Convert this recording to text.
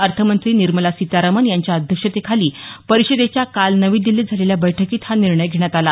अर्थमंत्री निर्मला सितारामन यांच्या अध्यक्षतेखाली परिषदेच्या काल नवी दिल्लीत झालेल्या बैठकीत हा निर्णय घेण्यात आला